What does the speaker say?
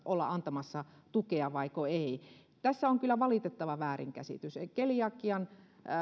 olla antamassa tukea vaiko ei tässä on kyllä valitettava väärinkäsitys keliakian